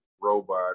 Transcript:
Robot